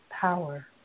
power